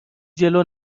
جلو